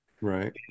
Right